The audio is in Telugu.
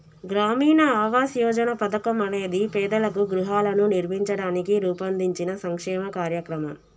గ్రామీణ ఆవాస్ యోజన పథకం అనేది పేదలకు గృహాలను నిర్మించడానికి రూపొందించిన సంక్షేమ కార్యక్రమం